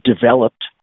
developed